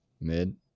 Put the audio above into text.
mid